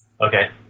Okay